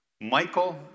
Michael